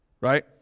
right